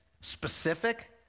specific